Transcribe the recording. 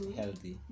healthy